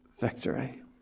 victory